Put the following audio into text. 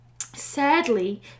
Sadly